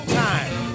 time